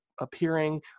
appearing